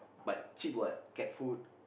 but cheap [what] cat food